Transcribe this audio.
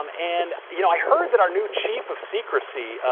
um and, you know, i heard that our new chief of secrecy,